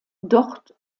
dort